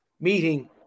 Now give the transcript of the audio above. meeting